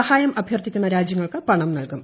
സഹായം അഭ്യർത്ഥിക്കുന്ന രാജ്യങ്ങൾക്ക് പണം നൽകും